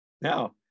Now